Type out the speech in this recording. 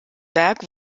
werk